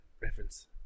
reference